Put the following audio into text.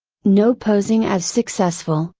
no posing as successful,